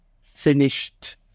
finished